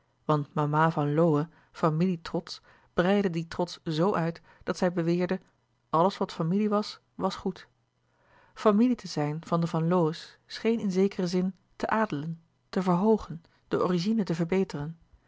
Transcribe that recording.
want mama van lowe familie trotsch breidde dien trots zoo uit dat zij beweerde alles wat familie was was goed familie te zijn van de van lowe's scheen in zekeren zin te adelen te verhoogen de origine te verbeteren